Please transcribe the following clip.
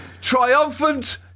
triumphant